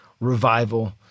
revival